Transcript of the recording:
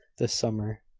this summer.